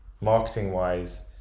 marketing-wise